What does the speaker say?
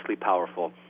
powerful